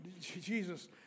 Jesus